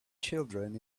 children